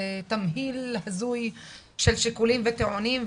זה תמהיל הזוי של שיקולים וטיעונים.